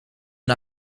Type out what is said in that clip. een